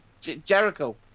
Jericho